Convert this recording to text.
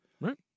Right